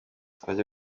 nzajya